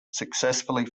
successfully